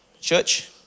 Church